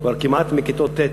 כבר כמעט מכיתות ט'